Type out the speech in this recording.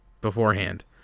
beforehand